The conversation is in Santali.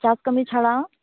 ᱪᱟᱥ ᱠᱟᱹᱢᱤ ᱪᱷᱟᱲᱟ